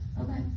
Okay